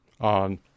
on